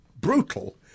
brutal